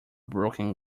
broken